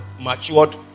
matured